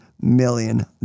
million